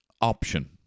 Option